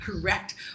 correct